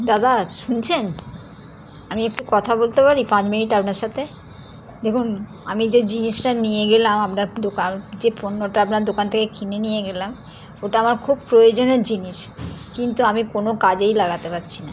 দাদা শুনছেন আমি একটু কথা বলতে পারি পাঁচ মিনিট আপনার সাথে দেখুন আমি যে জিনিসটা নিয়ে গেলাম আপনার দোকান যে পণ্যটা আপনার দোকান থেকে কিনে নিয়ে গেলাম ওটা আমার খুব প্রয়োজনীয় জিনিস কিন্তু আমি কোন কাজেই লাগাতে পারছি না